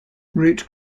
root